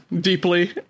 deeply